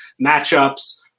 matchups